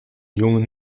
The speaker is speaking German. jungen